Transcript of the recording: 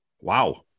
wow